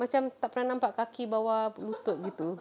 macam tak pernah nampak kaki bawah lutut gitu